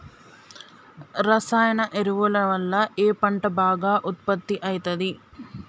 రసాయన ఎరువుల వల్ల ఏ పంట బాగా ఉత్పత్తి అయితది?